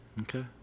Okay